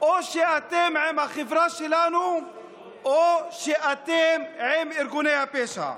או שאתם עם החברה שלנו או שאתם עם ארגוני הפשע.